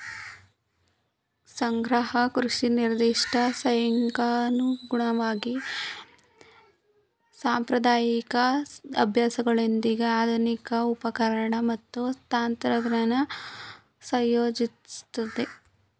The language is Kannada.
ಸಮಗ್ರ ಕೃಷಿ ನಿರ್ದಿಷ್ಟ ಸೈಟ್ಗನುಗುಣವಾಗಿ ಸಾಂಪ್ರದಾಯಿಕ ಅಭ್ಯಾಸಗಳೊಂದಿಗೆ ಆಧುನಿಕ ಉಪಕರಣ ಮತ್ತು ತಂತ್ರಜ್ಞಾನ ಸಂಯೋಜಿಸ್ತದೆ